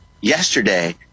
yesterday